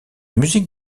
musique